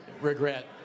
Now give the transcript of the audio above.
regret